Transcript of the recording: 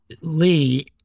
Lee